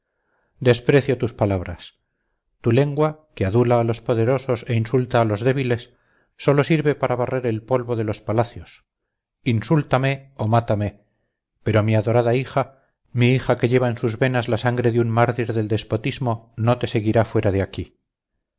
desprecio tus palabras tu lengua que adula a los poderosos e insulta a los débiles sólo sirve para barrer el polvo de los palacios insúltame o mátame pero mi adorada hija mi hija que lleva en sus venas la sangre de un mártir del despotismo no te seguirá fuera de aquí